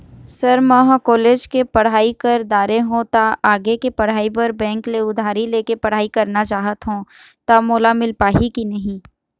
Sir म ह college के पढ़ाई कर दारें हों ता आगे के पढ़ाई बर बैंक ले उधारी ले के पढ़ाई करना चाहत हों ता मोला मील पाही की नहीं?